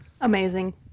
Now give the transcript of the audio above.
Amazing